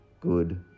Good